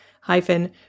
hyphen